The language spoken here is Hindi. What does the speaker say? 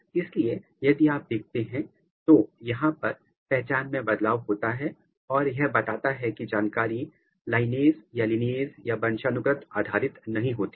इसलिए यदि आप यहां देखते हैं तो यहां पर पहचान में बदलाव होता है और यह बताता है कि जानकारी लाइनेज आधारित नहीं होती है